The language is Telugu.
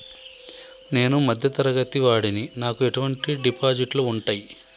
నేను మధ్య తరగతి వాడిని నాకు ఎటువంటి డిపాజిట్లు ఉంటయ్?